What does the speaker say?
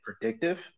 predictive